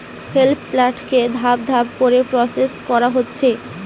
hemp প্লান্টকে ধাপ ধাপ করে প্রসেস করা হতিছে